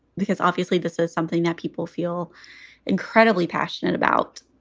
because obviously this is something that people feel incredibly passionate about.